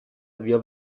avviò